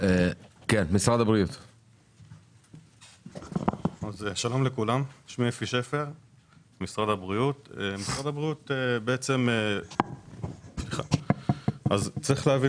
צריך להבין